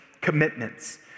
commitments